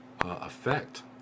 effect